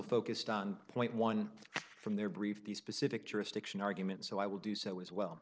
focused on point one from their brief the specific jurisdiction argument so i will do so as well